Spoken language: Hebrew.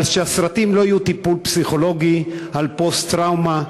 אבל שהסרטים לא יהיו טיפול פסיכולוגי על פוסט-טראומה,